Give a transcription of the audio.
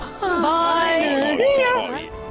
Bye